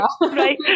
Right